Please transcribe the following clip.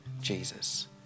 Jesus